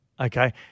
okay